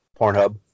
Pornhub